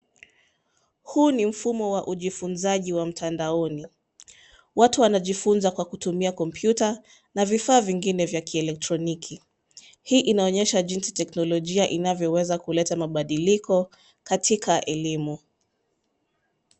Huu ni mfumo wa ujifunzaji wa mtandaoni .Watu wanajifunza kwa kutumia kompyuta na vifaa vingine vya kielektroniki. Hii inaonyesha jinsi teknolojia inavyoweza kuleta mabadiliko katika elimu.